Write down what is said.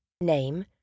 name